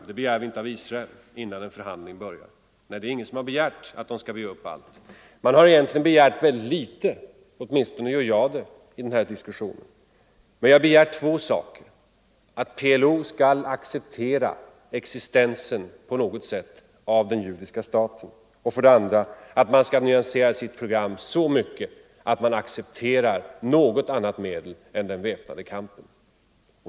Det begär vi ju inte av Israel innan en förhandling har börjat. Nej, ingen har heller begärt att PLO skall ge upp allt. Man har egentligen begärt väldigt litet; åtminstone gör jag det i den här diskussionen. Men jag begär två saker: att PLO skall acceptera existensen på någor sätt av den judiska staten och att man nyanserar sitt program så mycket att man accepterar något annat medel än den väpnade kampen.